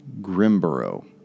Grimborough